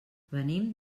venim